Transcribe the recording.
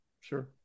Sure